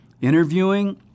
Interviewing